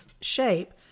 shape